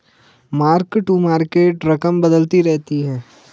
mark to market रकम बदलती रहती है